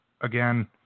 Again